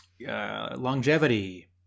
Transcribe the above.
longevity